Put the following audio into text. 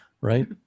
right